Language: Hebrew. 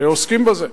עוסקים בזה.